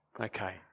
Okay